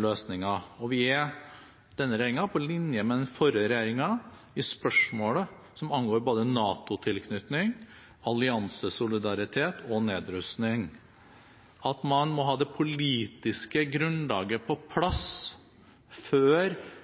løsninger. Og denne regjeringen er på linje med den forrige regjeringen i spørsmål som angår både NATO-tilknytning, alliansesolidaritet og nedrustning. Man må ha det politiske grunnlaget på plass før